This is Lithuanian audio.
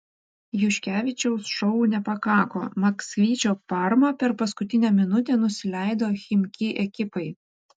juškevičiaus šou nepakako maksvyčio parma per paskutinę minutę nusileido chimki ekipai